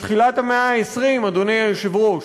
בתחילת המאה ה-20, אדוני היושב-ראש,